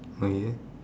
okay